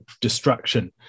destruction